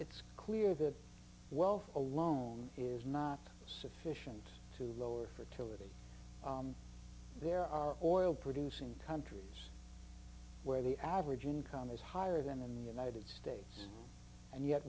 it's clear that wealth alone is not sufficient to lower fertility there are oil producing countries where the average income is higher than in the united states and yet